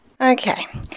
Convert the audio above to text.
Okay